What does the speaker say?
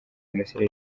mirasire